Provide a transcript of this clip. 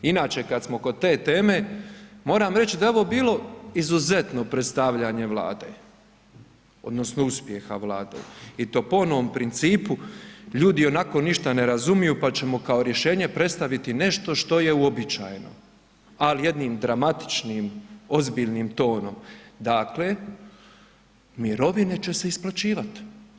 Inače kada smo kod te teme, moram reći da je ovo bilo izuzetno predstavljanje Vlade odnosno uspjeha Vlade i to po onom principu, ljudi ionako ništa ne razumiju pa ćemo kao rješenje predstaviti nešto što je uobičajeno, ali jednim dramatičnim, ozbiljnim tonom, dakle, mirovine će se isplaćivati.